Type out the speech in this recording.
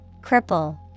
Cripple